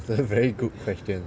is a very good question